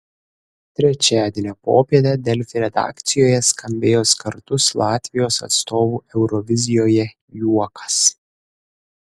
trečiadienio popietę delfi redakcijoje skambėjo skardus latvijos atstovų eurovizijoje juokas